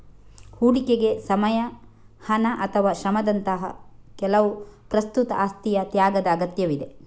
ಹೂಡಿಕೆಗೆ ಸಮಯ, ಹಣ ಅಥವಾ ಶ್ರಮದಂತಹ ಕೆಲವು ಪ್ರಸ್ತುತ ಆಸ್ತಿಯ ತ್ಯಾಗದ ಅಗತ್ಯವಿದೆ